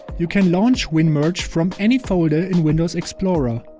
you can launch winmerge from any folder in windows explorer.